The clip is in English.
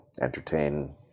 entertain